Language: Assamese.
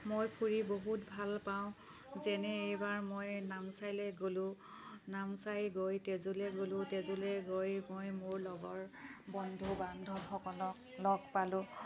মই ফুৰি বহুত ভাল পাওঁ যেনে এইবাৰ মই নামচাইলৈ গ'লোঁ নামচাই গৈ তেজুলৈ গ'লোঁ তেজুলৈ গৈ মই মোৰ লগৰ বন্ধু বান্ধৱসকলক লগ পালোঁ